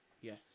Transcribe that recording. Yes